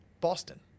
Boston